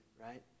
right